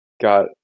Got